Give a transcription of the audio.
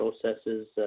processes